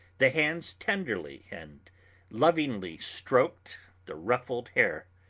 the hands tenderly and lovingly stroked the ruffled hair.